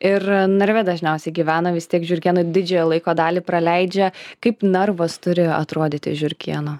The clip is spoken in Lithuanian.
ir narve dažniausiai gyvena vis tiek žiurkėnai didžiąją laiko dalį praleidžia kaip narvas turi atrodyti žiurkėno